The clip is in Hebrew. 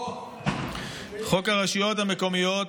חוק הרשויות המקומיות,